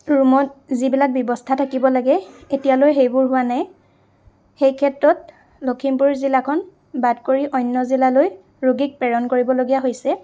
ৰুমত যিবিলাক ব্য়ৱস্থা থাকিব লাগে এতিয়ালৈ সেইবোৰ হোৱা নাই সেইক্ষেত্ৰত লখিমপুৰ জিলাখন বাদ কৰি অন্য় জিলালৈ ৰোগীক প্ৰেৰণ কৰিবলগীয়া হৈছে